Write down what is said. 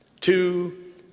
Two